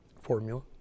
Formula